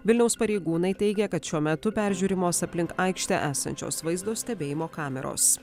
vilniaus pareigūnai teigia kad šiuo metu peržiūrimos aplink aikštę esančios vaizdo stebėjimo kameros